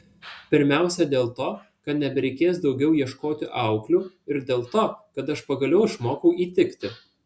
pirmiausia dėl to kad nebereikės daugiau ieškoti auklių ir dėl to kad aš pagaliau išmokau įtikti